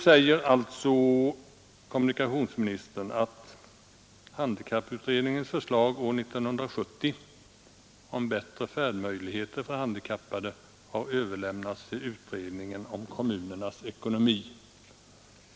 överlämnats till utredningen om kommunernas ekonomi.